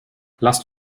lasst